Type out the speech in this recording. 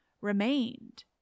remained